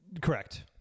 Correct